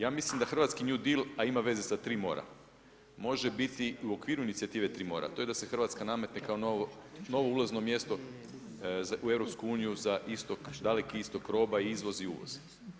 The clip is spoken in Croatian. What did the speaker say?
Ja mislim da hrvatski new deal, a ima veze sa tri mora može biti u okviru inicijative „Tri mora“, to je da Hrvatska nametne kao novo ulazno mjesto u EU za istok, Daleki Istok roba, izvoz i uvoz.